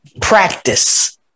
practice